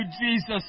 Jesus